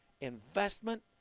investment